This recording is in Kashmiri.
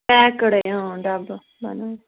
پٮ۪کٕڈٕے اۭں ڈَبہٕ بنٲیِتھ